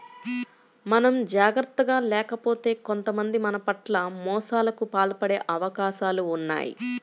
మనం జాగర్తగా లేకపోతే కొంతమంది మన పట్ల మోసాలకు పాల్పడే అవకాశాలు ఉన్నయ్